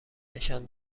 نشان